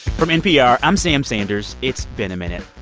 from npr, i'm sam sanders. it's been a minute.